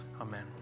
Amen